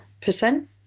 percent